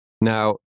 Now